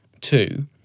Two